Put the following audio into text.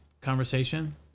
conversation